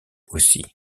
aussi